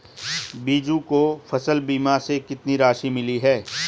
बीजू को फसल बीमा से कितनी राशि मिली है?